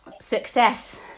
success